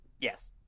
Yes